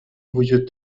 وجود